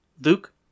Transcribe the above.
Luke